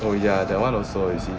oh ya that one also you see